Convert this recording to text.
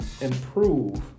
improve